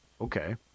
Okay